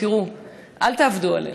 אל תעבדו עלינו.